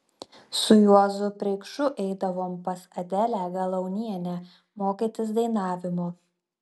su juozu preikšu eidavom pas adelę galaunienę mokytis dainavimo